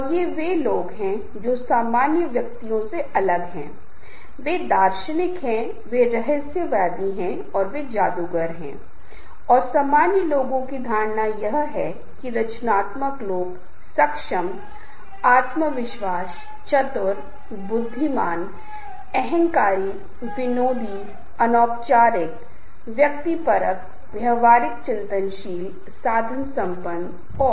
अब इससे पहले कि मैं समाप्त करूँ मैंने पहले ही समूह प्रक्रिया के बारे में उल्लेख किया है और मैं बस वापस जा सकता हूं और बस १ या २ चीजें दोहरा सकता हूं जो बहुत महत्वपूर्ण हैं जिन्हें आपको ध्यान में रखना है यह सामंजस्य अथवा समूह का आकार है ये चीजें वास्तव में बहुत महत्वपूर्ण हैं